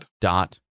dot